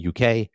UK